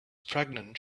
pregnant